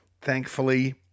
Thankfully